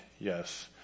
Yes